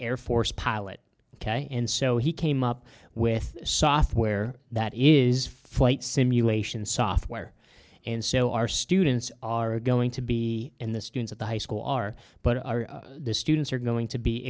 air force pilot and so he came up with software that is flight simulation software and so our students are going to be in the students at the high school are but the students are going to be